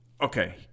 Okay